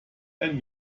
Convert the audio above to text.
ein